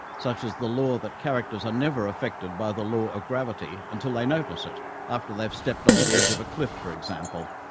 such as the law that characters are never affected by the law of gravity until they notice it after they've stepped off the edge of a cliff, for example,